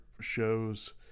shows